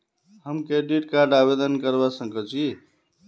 हम credit card आवेदन करवा संकोची?